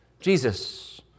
Jesus